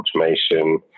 automation